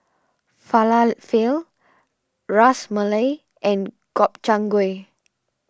Falafel Ras Malai and Gobchang Gui